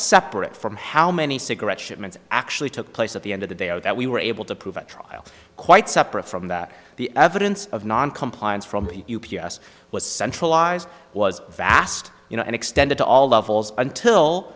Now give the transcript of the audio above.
separate from how many cigarette shipments actually took place at the end of the day oh that we were able to prove at trial quite separate from that the evidence of noncompliance from the us was centralized was vast you know and extended to all levels until